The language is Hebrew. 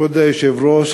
כבוד היושב-ראש,